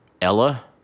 Ella